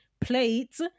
plates